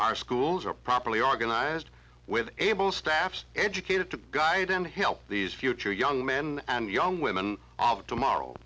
our schools are properly organized with able staff educators to guide and help these future young men and young women tomorrow